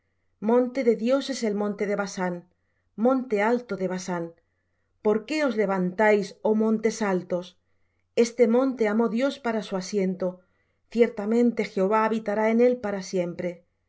monte de dios es el monte de basán monte alto el de basán por qué os levantáis oh montes altos este monte amó dios para su asiento ciertamente jehová habitará en él para siempre